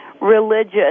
religious